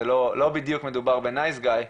שלא בדיוק מדובר ב"נייס גאי",